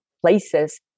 places